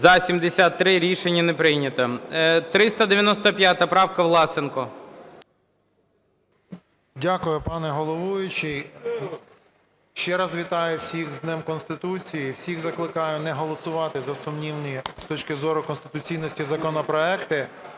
За-73 Рішення не прийнято. 395 правка, Власенко. 13:05:38 ВЛАСЕНКО С.В. Дякую, пане головуючий. Ще раз вітаю всіх з Днем Конституції. Всіх закликаю не голосувати за сумнівні, з точки зору конституційності, законопроекти.